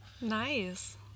nice